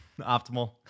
Optimal